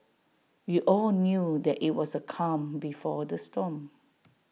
we all knew that IT was A calm before the storm